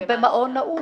הם במעון נעול.